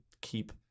keep